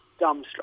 dumbstruck